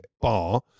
bar